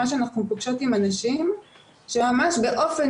מה שאנחנו פוגשות עם הנשים שממש באופן